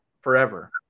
forever